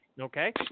Okay